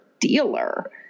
dealer